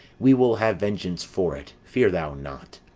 we will have vengeance for it, fear thou not.